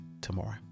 tomorrow